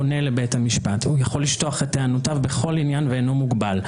פונה לבית המשפט ויכול לשטוח את טענותיו בכל עניין והוא איננו מוגבל.